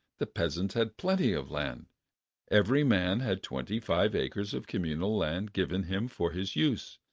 the peasants had plenty of land every man had twenty-five acres of communal land given him for his use,